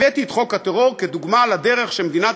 הבאתי את חוק הטרור כדוגמה לדרך שמדינת